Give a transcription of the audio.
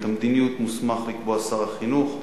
את המדיניות מוסמך לקבוע שר החינוך.